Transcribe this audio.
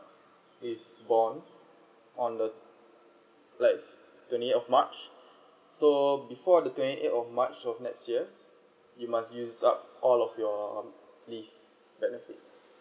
is born on the like twenty of march so before the twenty of march of next year you must use up all of your leave benefits